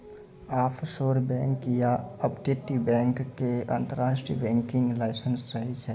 offshore bank या अपतटीय bank के अंतरराष्ट्रीय बैंकिंग लाइसेंस रहै छै